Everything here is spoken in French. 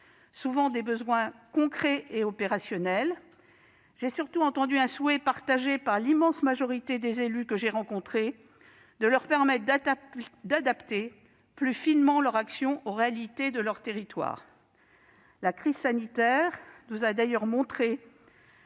souvent des besoins concrets et opérationnels. J'ai surtout entendu un souhait, partagé par l'immense majorité des élus que j'ai rencontrés, de leur permettre d'adapter plus finement leur action aux réalités de leur territoire. La crise sanitaire nous a d'ailleurs montré